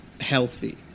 healthy